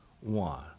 one